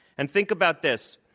and think about this.